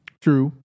True